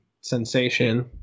sensation